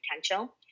potential